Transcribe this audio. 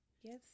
Yes